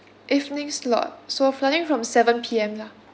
evening slot so starting from seven P_M lah